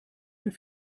mehr